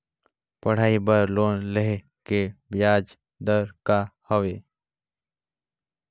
पढ़ाई बर लोन लेहे के ब्याज दर का हवे?